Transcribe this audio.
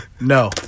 No